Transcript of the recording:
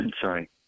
sorry